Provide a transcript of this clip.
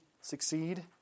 succeed